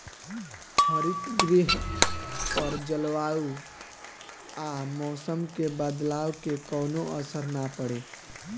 हरितगृह पर जलवायु आ मौसम के बदलाव के कवनो असर ना पड़े